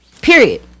Period